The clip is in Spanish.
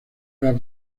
las